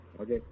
Okay